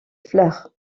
fleurs